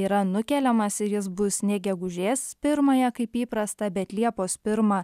yra nukeliamas ir jis bus ne gegužės pirmąją kaip įprasta bet liepos pirmą